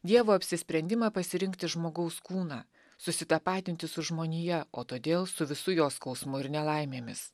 dievo apsisprendimą pasirinkti žmogaus kūną susitapatinti su žmonija o todėl su visu jo skausmu ir nelaimėmis